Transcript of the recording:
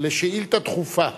על שאילתא דחופה